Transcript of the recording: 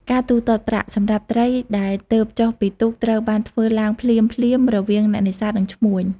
ការទូទាត់ប្រាក់ សម្រាប់ត្រីដែលទើបចុះពីទូកត្រូវបានធ្វើឡើងភ្លាមៗរវាងអ្នកនេសាទនិងឈ្មួញ។